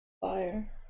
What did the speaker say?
Fire